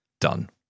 done